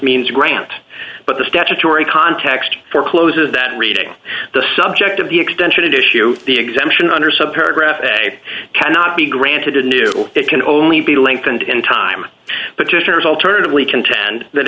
means grant but the statutory context forecloses that reading the subject of the extension it issue the exemption under sub paragraph a cannot be granted a new it can only be lengthened in time but just as alternatively contend that